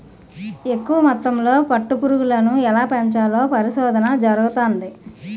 ఎక్కువ మొత్తంలో పట్టు పురుగులను ఎలా పెంచాలో పరిశోధన జరుగుతంది